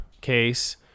case